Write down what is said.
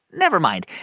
never mind.